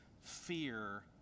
Fear